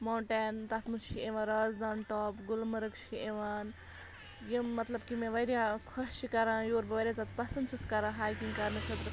mountain تتھ منٛز چھِ یِوان رازدان ٹاپ گُلمرگ چھِ یِوان یِم مطلب کہِ مےٚ واریاہ خۄش چھِ کَران یور بہٕ واریاہ زیادٕ پسنٛد چھُس کَران ہایکِنٛگ کرنہٕ خٲطرٕ